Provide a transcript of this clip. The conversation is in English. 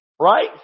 Right